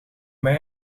mij